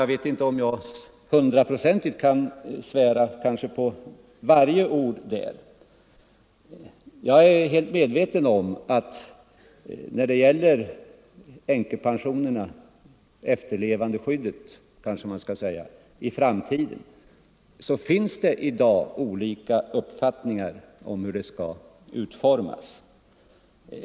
Jag vet inte om jag hundraprocentigt kan svära på varje ord i denna del av uttalandet. Jag är helt medveten om att det i dag finns olika uppfattningar om hur efterlevandeskyddet i framtiden skall utformas.